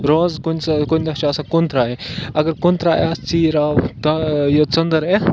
روزٕ کُنہِ سا کُنہِ دۄہ چھِ آسان کُنہٕ تٕرٛہَے اَگر کُنہٕ تٕرٛہَے آسہٕ ژیٖر آو یہِ ژٔنٛدٕر